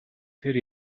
тэр